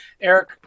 Eric